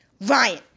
Ryan